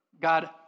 God